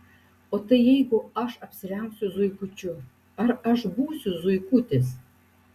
o tai jeigu aš apsirengsiu zuikučiu ar aš būsiu zuikutis